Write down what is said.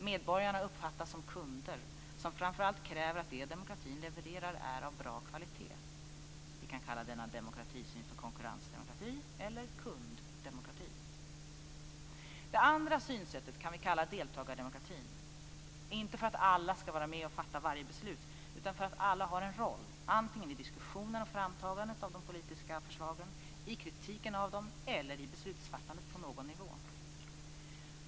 Medborgarna uppfattas som kunder, som framför allt kräver att det som demokratin levererar är av bra kvalitet. Vi kan kalla denna demokratisyn för konkurrensdemokrati eller kunddemokrati. Det andra synsättet kan vi kalla för deltagardemokrati, inte för att alla skall vara med och fatta varje beslut utan för att alla har en roll, antingen i diskussioner vid framtagande av de politiska förslagen, i kritiken av dem eller i beslutsfattandet på någon nivå.